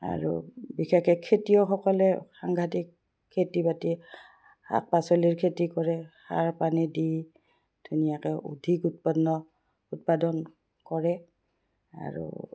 আৰু বিশেষকৈ খেতিয়কসকলে সাংঘাটিক খেতি বাতি শাক পাচলিৰ খেতি কৰে সাৰ পানী দি ধুনীয়াকৈ অধিক উৎপন্ন উৎপাদন কৰে আৰু